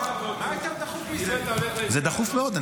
זה דחוף מאוד.